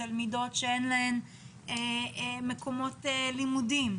תלמידות שאין להן מקומות לימודים,